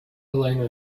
helena